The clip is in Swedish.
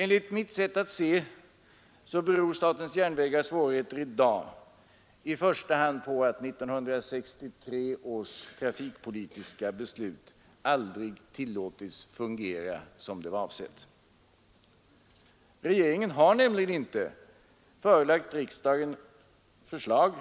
Enligt mitt sätt att se beror statens järnvägars svårigheter i dag i första hand på att 1963 års trafikpolitiska beslut aldrig tillåtits fungera som det var avsett. Regeringen har nämligen inte förelagt riksdagen förslag